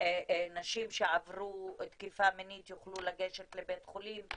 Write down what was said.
שנשים שעברו תקיפה מינית יוכלו לגשת לבית חולים,